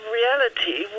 reality